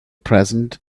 present